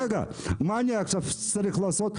מה אני צריך לעשות עכשיו?